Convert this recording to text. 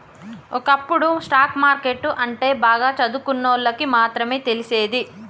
ఒకప్పుడు stock market అంటే బాగా చదువుకున్నోళ్ళకి మాత్రమే తెలిసేది